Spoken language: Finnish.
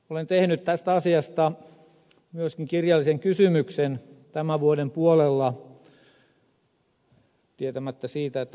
olen tehnyt tästä asiasta myöskin kirjallisen kysymyksen tämän vuoden puolella tietämättä siitä että ed